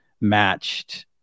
matched